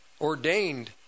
ordained